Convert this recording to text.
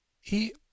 He